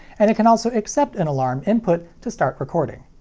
and it can also accept an alarm input to start recording.